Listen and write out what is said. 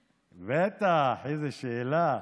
בטח, איזו שאלה.